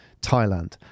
Thailand